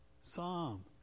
Psalm